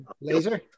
Laser